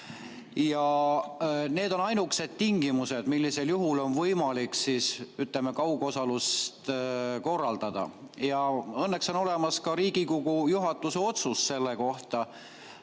ja need on ainukesed tingimused, millisel juhul on võimalik kaugosalust korraldada. Õnneks on olemas ka Riigikogu juhatuse otsus selle kohta,